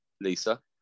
Lisa